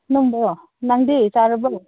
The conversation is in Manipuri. ꯅꯪꯕꯣ ꯅꯪꯗꯤ ꯆꯥꯔꯕꯣ